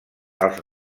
els